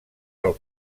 pel